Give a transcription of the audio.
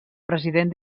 president